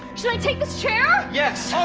should i take this chair? yes so